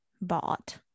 bought